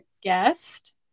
guest